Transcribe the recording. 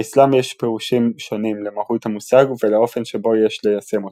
באסלאם יש פירושים שונים למהות המושג ולאופן שבו יש ליישם אותו.